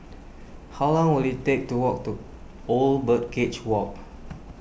how long will it take to walk to Old Birdcage Walk